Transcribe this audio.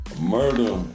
murder